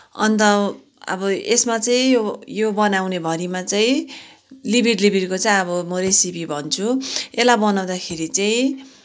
अन्त अब यसमा चाहिँ यो यो बनाउनेभरिमा चाहिँ लिभिड लिभिडको चाहिँ अब म रेसिपी भन्छु यसलाई बनाउँदाखेरि चाहिँ